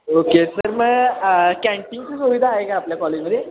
okay तर मग कॅन्टीनची सुविधा आहे का आपल्या कॉलेजमध्ये